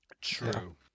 True